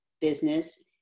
business